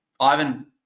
Ivan